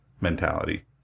mentality